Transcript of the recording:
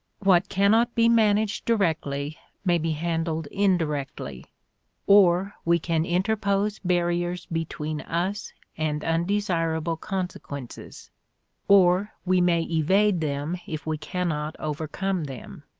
what cannot be managed directly may be handled indirectly or we can interpose barriers between us and undesirable consequences or we may evade them if we cannot overcome them.